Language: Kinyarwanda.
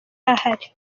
ahari